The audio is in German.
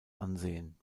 ansehen